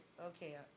Okay